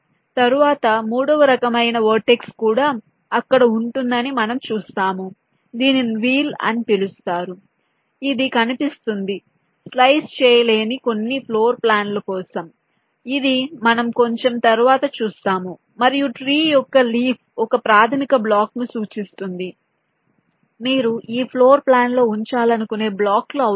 తరువాత మూడవ రకమైన వర్టెక్స్ కూడా అక్కడ ఉంటుందని మనం చూస్తాము దీనిని వీల్ అని పిలుస్తారు ఇది కనిపిస్తుంది స్లైస్ చేయలేని కొన్ని ఫ్లోర్ ప్లాన్ లు కోసం ఇది మనం కొంచెం తరువాత చూస్తాము మరియు ట్రీ యొక్క లీఫ్ ఒక ప్రాథమిక బ్లాక్ను సూచిస్తుంది మీరు ఈ ఫ్లోర్ ప్లాన్ లో ఉంచాలనుకునే బ్లాక్లు అవుతుంది